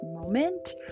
moment